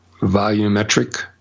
volumetric